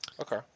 Okay